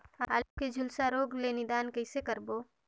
आलू के झुलसा रोग ले निदान कइसे करबो?